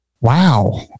Wow